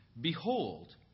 behold